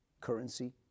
currency